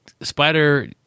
spider